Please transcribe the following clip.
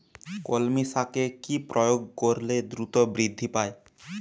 কলমি শাকে কি প্রয়োগ করলে দ্রুত বৃদ্ধি পায়?